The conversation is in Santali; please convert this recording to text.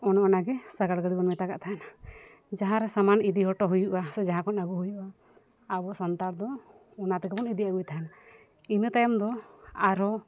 ᱚᱱᱮ ᱚᱱᱟᱜᱮ ᱥᱟᱜᱟᱲ ᱜᱟᱹᱰᱤᱵᱚᱱ ᱢᱮᱛᱟᱣᱟᱜ ᱛᱟᱦᱮᱱ ᱡᱟᱦᱟᱸᱨᱮ ᱥᱟᱢᱟᱱ ᱤᱫᱤ ᱦᱚᱴᱚ ᱦᱩᱭᱩᱜᱼᱟ ᱥᱮ ᱡᱟᱦᱟᱸᱠᱷᱚᱱ ᱟᱹᱜᱩ ᱦᱩᱭᱩᱜᱼᱟ ᱟᱵᱚ ᱥᱟᱱᱛᱟᱲ ᱫᱚ ᱚᱱᱟ ᱛᱮᱜᱮ ᱵᱚᱱ ᱤᱫᱤ ᱟᱹᱜᱩᱭ ᱛᱟᱦᱮᱱ ᱤᱱᱟᱹ ᱛᱟᱭᱚᱢ ᱫᱚ ᱟᱨᱦᱚᱸ